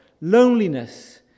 Loneliness